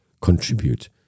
contribute